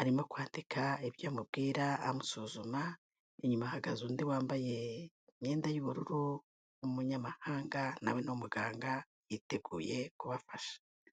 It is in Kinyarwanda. arimo kwandika ibyo amubwira amusuzuma, inyuma hahagaze undi wambaye imyenda y'ubururu, w'umuyamahanga nawe ni umuganga yiteguye kubafasha.